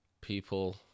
people